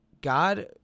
god